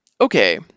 Okay